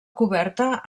coberta